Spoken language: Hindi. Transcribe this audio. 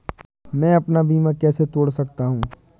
मैं अपना बीमा कैसे तोड़ सकता हूँ?